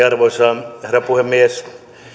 arvoisa herra puhemies